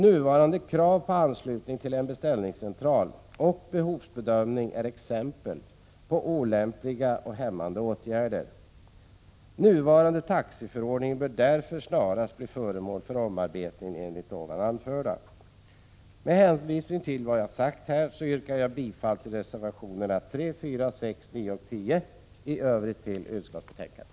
Nuvarande krav på anslutning till en beställningscentral och behovsbedömningen är exempel på olämpliga, hämmande åtgärder. Nuvarande taxiförordning bör därför snarast bli föremål för omarbetning. Med hänvisning till vad jag sagt yrkar jag bifall till reservationerna 3, 4, 6, 9 och 10 och i övrigt bifall till utskottets hemställan.